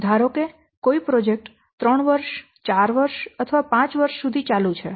ધારો કે કોઈ પ્રોજેક્ટ ત્રણ વર્ષ ચાર વર્ષ અથવા પાંચ વર્ષ સુધી ચાલુ છે